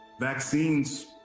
Vaccines